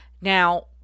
Now